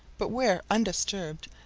but where undisturbed,